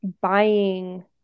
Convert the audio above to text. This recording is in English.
buying